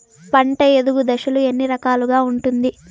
పంట ఎదుగు దశలు ఎన్ని రకాలుగా ఉంటుంది?